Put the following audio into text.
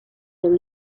than